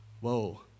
Whoa